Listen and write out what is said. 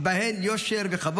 ובהן יושר וכבוד.